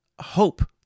hope